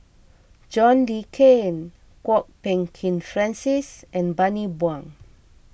John Le Cain Kwok Peng Kin Francis and Bani Buang